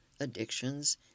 addictions